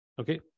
okay